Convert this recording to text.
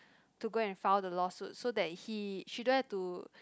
to go and file the law suit so that he she don't have to